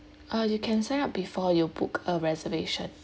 uh you can sign up before you book a reservation